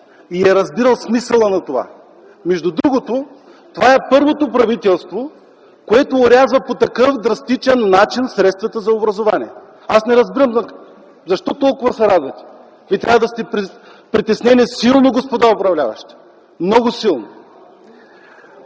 и е разбирал смисъла на това. Между другото това е първото правителство, което орязва по такъв драстичен начин средствата за образование. Аз не разбирам – защо толкова се радвате? Вие трябва да сте силно притеснени, господа управляващи, много силно!